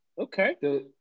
Okay